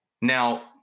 Now